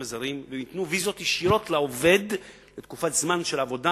הזרים והם ייתנו ויזות ישירות לעובד לתקופת זמן של עבודה,